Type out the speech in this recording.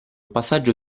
passaggio